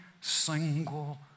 single